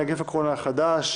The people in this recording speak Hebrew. נגיף הקורונה החדש)